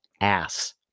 ass